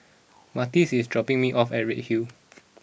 Martez is dropping me off at Redhill